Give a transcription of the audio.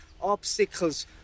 obstacles